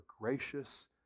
gracious